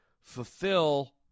fulfill